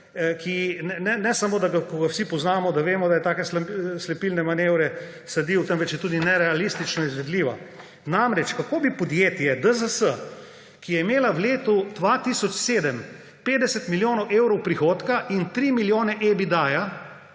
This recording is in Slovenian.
ki ne samo da ga vsi poznamo, da vemo, da je take slepilne manevre sadil, temveč je tudi nerealistično izvedljiva. Namreč, kako bi podjetje DZS, ki je imelo v letu 2007 50 milijonov evrov prihodka in 3 milijone EBITDA,